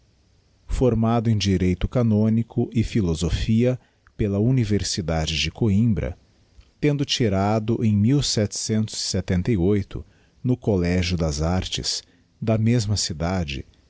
formado em direito canónico e philosophia pela universidade de coimbra tendo tirado em no couegio das artes da mesma cidade